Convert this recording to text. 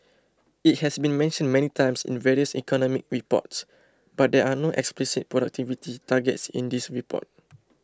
it has been mentioned many times in various economic reports but there are no explicit productivity targets in this report